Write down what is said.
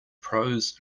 pros